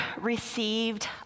received